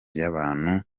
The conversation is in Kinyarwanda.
by’abantu